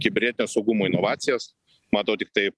kibernetinio saugumo inovacijas matau tiktai